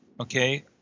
okay